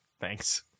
Thanks